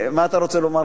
מה אתה רוצה לומר,